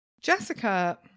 Jessica